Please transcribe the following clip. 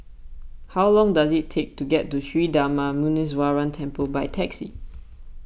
how long does it take to get to Sri Darma Muneeswaran Temple by taxi